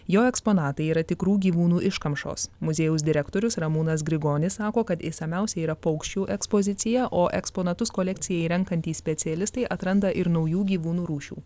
jo eksponatai yra tikrų gyvūnų iškamšos muziejaus direktorius ramūnas grigonis sako kad išsamiausia yra paukščių ekspozicija o eksponatus kolekcijai renkantys specialistai atranda ir naujų gyvūnų rūšių